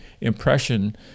impression